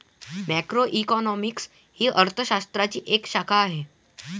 macroeconomics ही अर्थ शास्त्राची एक शाखा आहे